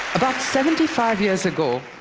about seventy five years ago,